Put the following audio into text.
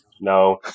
No